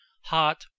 hot